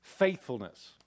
Faithfulness